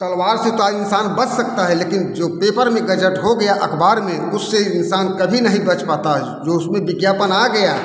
तलवार से तो आ इंसान बच सकता है लेकिन जो पेपर मे गजट हो गया अख़बार में उससे इंसान कभी नहीं बच पाता है जो उसमें विज्ञापन आ गया